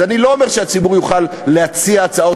אז אני לא אומר שהציבור יוכל להציע הצעות